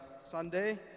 Sunday